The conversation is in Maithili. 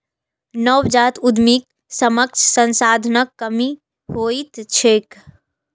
नवजात उद्यमीक समक्ष संसाधनक कमी होइत छैक